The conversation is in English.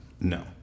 No